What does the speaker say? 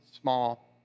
small